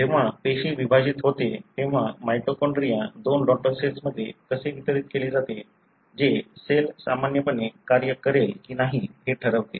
जेव्हा पेशी विभाजित होते तेव्हा माइटोकॉन्ड्रिया दोन डॉटर सेल्स मध्ये कसे वितरीत केले जाते जे सेल सामान्यपणे कार्य करेल की नाही हे ठरवते